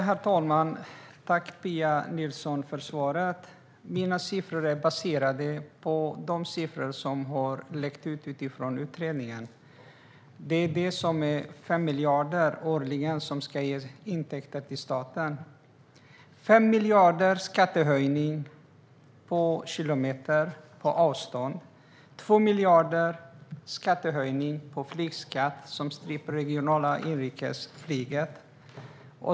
Herr talman! Tack för svaret, Pia Nilsson! Mina siffror är baserade på de siffror som har läckt ut från utredningen. Detta ska ge 5 miljarder årligen i intäkter till staten. Det är 5 miljarder i skattehöjning på avstånd. Det är 2 miljarder i flygskatt, vilket stryper det regionala inrikesflyget.